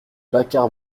bacar